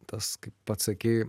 tas kaip pats sakei